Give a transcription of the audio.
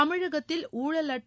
தமிழகத்தில் ஊழலற்ற